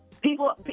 People